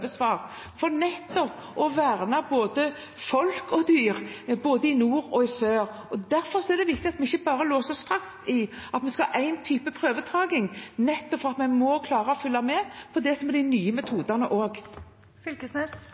for nettopp å verne både folk og dyr, i nord og i sør. Derfor er det viktig at vi ikke bare låser oss fast til at vi skal ha én type prøvetaking – nettopp fordi vi også må klare å følge med på